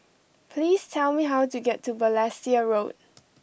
please tell me how to get to Balestier Road